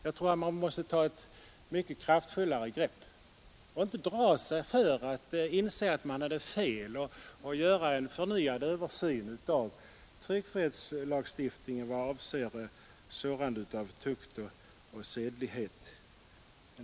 Jag tror att man måste ta ett mycket kraftfullare grepp, inse att man hade fel och göra en förnyad översyn av tryckfrihetslagstiftningen vad avser sårande av tukt och sedlighet.